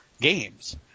games